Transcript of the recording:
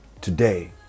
today